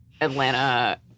Atlanta